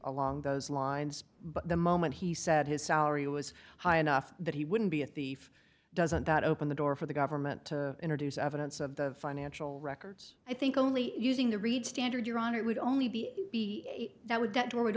along those lines but the moment he said his salary was high enough that he wouldn't be a thief doesn't that open the door for the government to introduce evidence of the financial records i think only using the reed standard your honor it would only be that would that